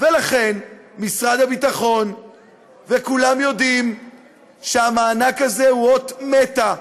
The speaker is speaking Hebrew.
ולכן משרד הביטחון וכולם יודעים שהמענק הזה הוא אות מתה,